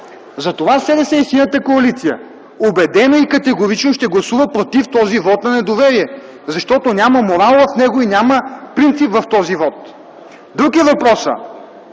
Затова СДС и Синята коалиция убедено и категорично ще гласуват против този вот на недоверие, защото няма морал в него и няма принцип в този вот. Друг е въпросът,